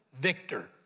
Victor